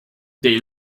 they